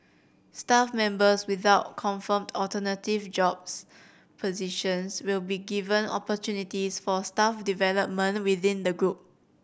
staff members without confirmed alternative jobs positions will be given opportunities for staff development within the group